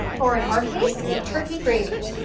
or in our case, a turkey gravy.